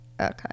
okay